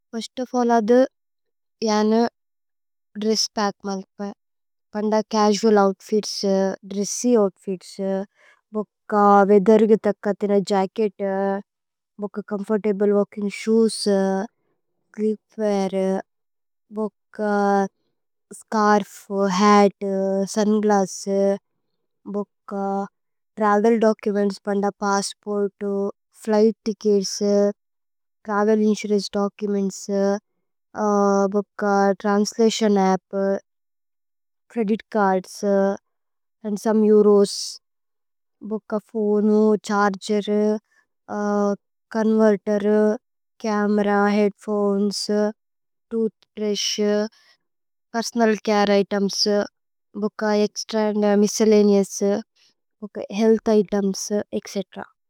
First of all I like to pack my clothes. I like to pack casual outfits dressy. Outfits jacket suitable for the weather. Comfortable walking shoes sleepwear. Scarf, hat, sunglasses, travel documents. Passport, flight tickets, travel insurance. Documents, translation app credit cards. And some euros, phone, charger, converter. Camera, headphones, toothbrush, personal. Care items extra and miscellaneous. Health items ഏത്ച്।